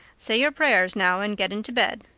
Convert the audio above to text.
say your prayers now and get into bed.